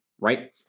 Right